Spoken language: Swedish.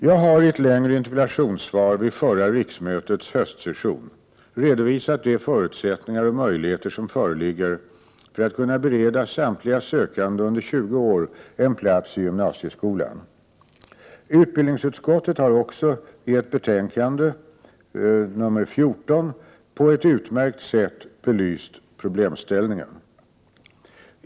Jag har i ett längre interpellationssvar vid förra riksmötets höstsession redovisat de förutsättningar och möjligheter som föreligger för att kunna bereda samtliga sökande under 20 år en plats i gymnasieskolan. Utbildningsutskottet har också i ett betänkande — Ubu 1986/87:14 — på ett utmärkt sätt belyst problemställningen.